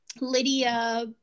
Lydia